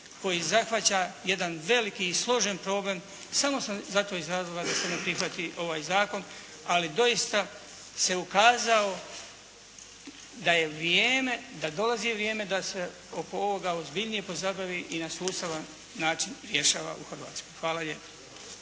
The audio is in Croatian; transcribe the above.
koji zahvaća jedan veliki i složen problem, samo sam zato iz razloga da se ne prihvati ovaj zakon. Ali doista se ukazao da je vrijeme, da dolazi vrijeme da se oko ovoga ozbiljnije pozabavi i na sustavan način rješava u Hrvatskoj. Hvala lijepa.